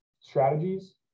strategies